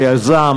שיזם